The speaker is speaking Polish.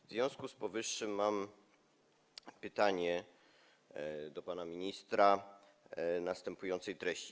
W związku z powyższym mam pytanie do pana ministra następującej treści: